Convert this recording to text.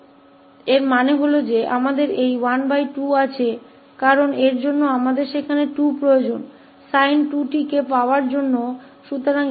तो इसका मतलब है कि हमारे पास यह 12 है इस वजह से हमें sin 2𝑡 करने के लिए 2 की जरूरत है